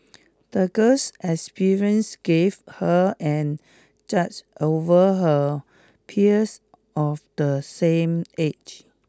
the girl's experience gave her an judge over her peers of the same age